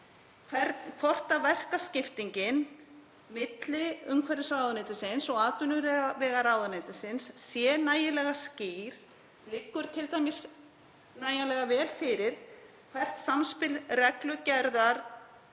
hvort verkaskiptingin milli umhverfisráðuneytisins og atvinnuvegaráðuneytisins sé nægilega skýr. Liggur t.d. nægilega vel fyrir hvernig reglugerð